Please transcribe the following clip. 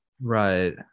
right